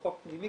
בחוק פנימי,